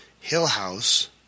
Hill-house